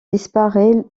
disparaît